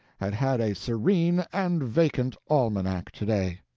had had a serene and vacant almanac to-day!